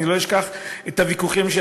אני לא אשכח את הוויכוחים,